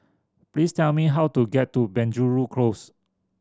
please tell me how to get to Penjuru Close